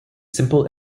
simple